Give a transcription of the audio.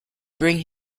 bring